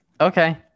Okay